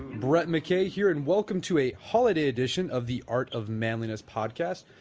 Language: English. brett mckay here and welcome to a holiday edition of the art of manliness podcast.